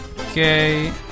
okay